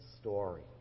story